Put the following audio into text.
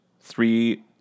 three